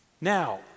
Now